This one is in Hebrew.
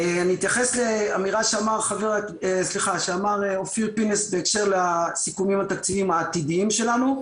אתייחס לאמירה שאמר אופיר פינס בהקשר לסיכומים התקציבים העתידיים שלנו.